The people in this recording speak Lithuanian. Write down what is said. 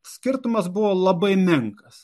skirtumas buvo labai menkas